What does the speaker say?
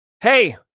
Hey